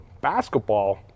basketball